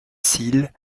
cils